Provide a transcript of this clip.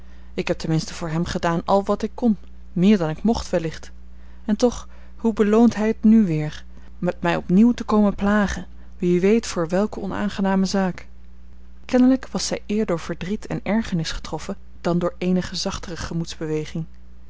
ik heb ten minste voor hem gedaan àl wat ik kon meer dan ik mocht wellicht en toch hoe beloont hij het nu weer met mij opnieuw te komen plagen wie weet voor welke onaangename zaak kennelijk was zij eer door verdriet en ergernis getroffen dan door eenige zachtere